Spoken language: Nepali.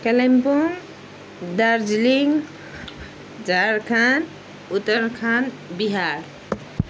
कालिम्पोङ दार्जिलिङ झारखण्ड उत्तराखण्ड बिहार